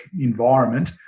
environment